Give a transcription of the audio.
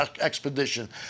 expedition